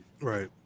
Right